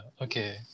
okay